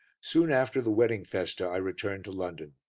soon after the wedding festa i returned to london.